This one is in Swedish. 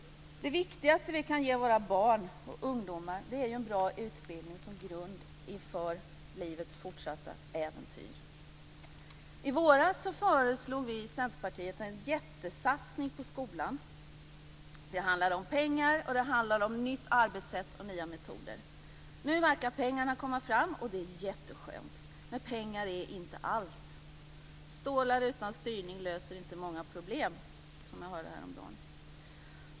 Det viktigaste som vi kan ge våra barn och ungdomar är en bra utbildning som grund inför livets fortsatta äventyr. I våras föreslog vi i Centerpartiet en jättesatsning på skolan. Det handlade om pengar, nytt arbetssätt och nya metoder. Nu verkar pengarna ha kommit fram, och det är jättebra, men pengar är inte allt. Stålar utan styrning löser inte många problem, som jag hörde häromdagen.